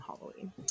Halloween